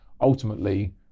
ultimately